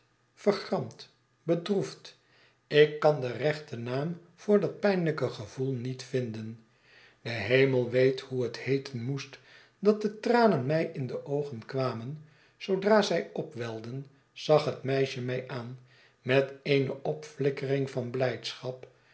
vergramd bedroefd ik kan den rechten naam voor dat pynlyke gevoel niet vinden de hemel weet hoe het heeten moest dat de tranen mij in de oogen kwamen zoodra zij opwelden zag het meisje ray aan met eerie opflikkering van blijdschap